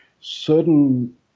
certain